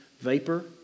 vapor